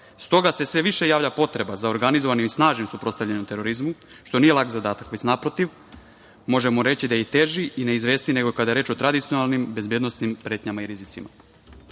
se sve više javlja potreba za organizovanim i snažnim suprotstavljanjem terorizmu, što nije lak zadatak. Naprotiv, možemo reći da je i teži i neizvesniji, nego kada je reč o tradicionalnim bezbednosnim pretnjama i rizicima.S